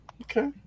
Okay